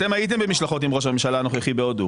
אתם הייתם במשלחות עם ראש הממשלה הנוכחי בהודו,